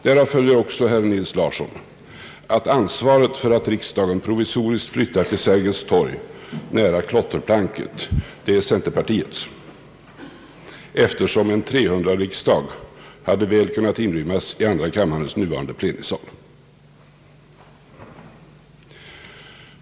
Därav följer också, herr Nils Theodor Larsson, att ansvaret för att riksdagen provisoriskt flyttar till Sergels torg, nära klotterplanket, är centerpartiets, eftersom en riksdag med 300 ledamöter väl hade kunnat inrymmas i andra kammarens nuvarande plenisal.